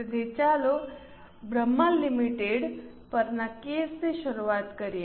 તેથી ચાલો બ્રહ્મા લિમિટેડ પરના કેસની શરૂઆત કરીએ